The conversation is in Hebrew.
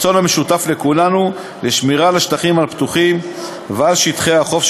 הרצון המשותף לכולנו בשמירה על השטחים הפתוחים ועל שטחי החוף,